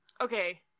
Okay